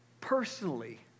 personally